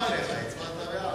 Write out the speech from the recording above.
הצבעת בעד.